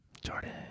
Jordan